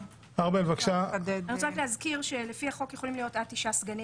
אני רק רוצה להזכיר שלפי החוק יכולים להיות עד 9 סגנים